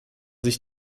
sich